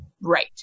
right